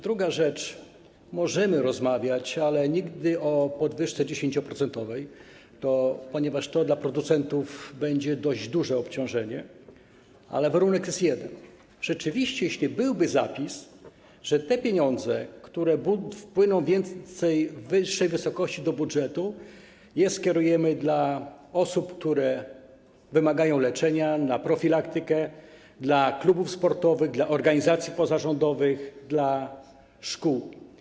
Druga rzecz, możemy rozmawiać - ale nigdy o podwyżce 10-procentowej, ponieważ to dla producentów będzie dość duże obciążenia - ale warunek jest jeden: jeśli rzeczywiście byłby zapis, że te pieniądze, które wpłyną w większej wysokości do budżetu, skierujemy do osób, które wymagają leczenia, na profilaktykę, dla klubów sportowych, dla organizacji pozarządowych, dla szkół.